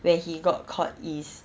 when he got caught his